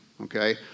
okay